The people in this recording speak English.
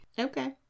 Okay